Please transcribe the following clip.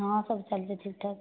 ହଁ ସବୁ ଚାଲିଛି ଠିକ୍ ଠାକ୍